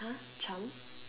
uh charm